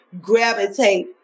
gravitate